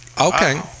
Okay